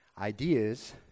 ideas